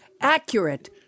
accurate